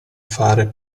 fare